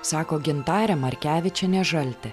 sako gintarė markevičienė žaltė